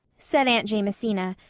said aunt jamesina,